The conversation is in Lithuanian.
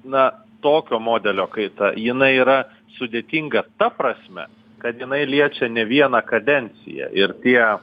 na tokio modelio kaita jinai yra sudėtinga ta prasme kad jinai liečia ne vieną kadenciją ir tie